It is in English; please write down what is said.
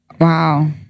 Wow